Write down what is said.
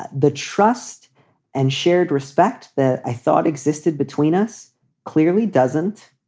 the trust and shared respect that i thought existed between us clearly doesn't